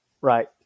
Right